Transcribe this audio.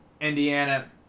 Indiana